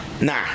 nah